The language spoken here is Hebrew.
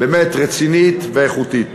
באמת רצינית ואיכותית.